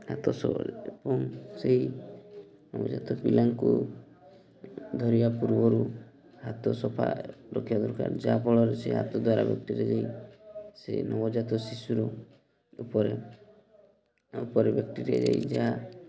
ହାତ ସଫା ଏବଂ ସେହି ନବଜାତ ପିଲାଙ୍କୁ ଧରିବା ପୂର୍ବରୁ ହାତ ସଫା ରଖିବା ଦରକାର ଯାହାଫଳରେ ସେ ହାତ ଦ୍ୱାରା ବ୍ୟକ୍ତିରେ ଯାଇ ସେ ନବଜାତ ଶିଶୁର ଉପରେ ଉପରେ ବ୍ୟକ୍ତିରେ ଯାଇ ଯାହା